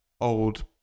old